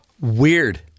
Weird